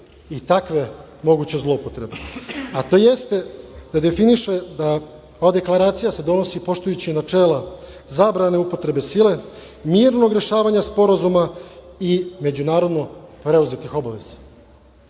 i takve moguće zloupotrebe, a to jeste da definiše da se ova deklaracija donosi poštujući načela zabrane upotrebe sile, mirnog rešavanja sporazuma i međunarodno preuzetih obaveza.